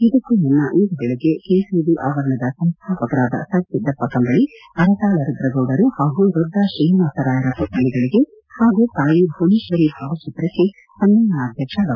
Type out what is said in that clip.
ಇದಕ್ಕೂ ಮುನ್ನ ಇಂದು ಬೆಳಗ್ಗೆ ಕೆಸಿದಿ ಆವರಣದ ಸಂಸ್ಥಾಪಕರಾದ ಸರ್ ಸಿದ್ದಪ್ಪ ಕಂಬಳಿ ಅರಟಾಳ ರುದ್ರಗೌಡರು ಹಾಗೂ ರೊದ್ದ ಶ್ರೀನಿವಾಸ ರಾಯರ ಪುತ್ತಳಿಗಳಿಗೆ ಹಾಗೂ ತಾಯಿ ಭುವನೇಶ್ವರಿ ಭಾವಚಿತ್ರಕ್ಕೆ ಸಮ್ಮೇಳನಾಧ್ಯಕ್ಷ ಡಾ